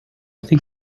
think